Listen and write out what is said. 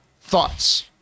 thoughts